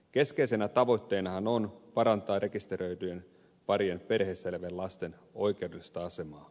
keskeisenä tavoitteenahan on parantaa rekisteröityjen parien perheissä elävien lasten oikeudellista asemaa